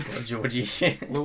Georgie